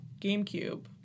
GameCube